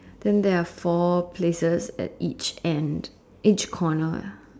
then there are four places at each end each corner ya